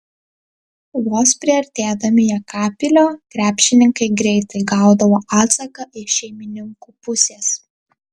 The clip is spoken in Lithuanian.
vos priartėdami jekabpilio krepšininkai greitai gaudavo atsaką iš šeimininkų pusės